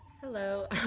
Hello